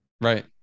Right